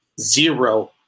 zero